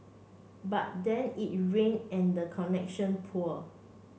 but then it rained and the connection poor